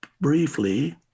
briefly